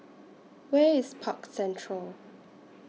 Where IS Park Central